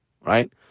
right